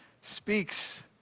speaks